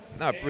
No